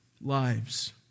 lives